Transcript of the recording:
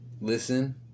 listen